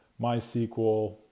MySQL